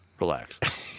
relax